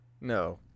no